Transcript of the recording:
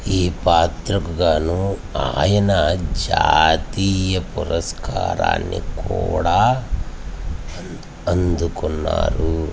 ఈ పాత్రకు గాను ఆయన జాతీయ పురస్కారాన్ని కూడా అందుకున్నారు